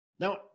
Now